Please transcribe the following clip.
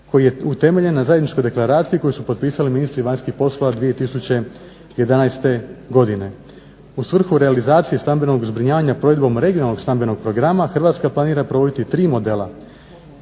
koji je utemeljen na zajedničkoj deklaraciji koju su potpisali ministri vanjskih poslova 2011. godine. U svrhu realizacije stambenog zbrinjavanja provedbom regionalnog stambenog programa Hrvatska planira provoditi 3 modela.